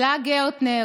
אלה גרטנר,